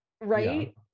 right